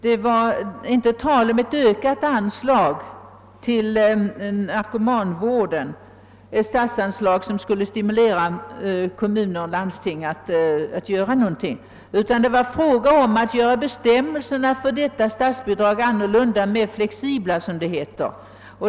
Det var inte en motion om ett ökat statsanslag till narkomanvården, som skulle stimulera kommuner och landsting att göra någonting utan det var fråga om att göra bestämmeslerna för detta statsbidrag mera flexibla, som det heter.